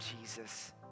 Jesus